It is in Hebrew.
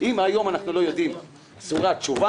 אם היום לא תימסר תשובה,